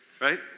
right